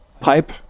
Pipe